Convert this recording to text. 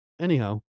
Anyhow